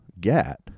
get